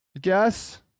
guess